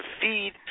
feed